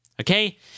Okay